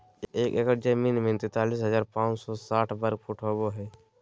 एक एकड़ जमीन में तैंतालीस हजार पांच सौ साठ वर्ग फुट होबो हइ